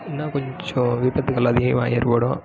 என்ன கொஞ்சம் விபத்துகள் அதிகமாக ஏற்படும்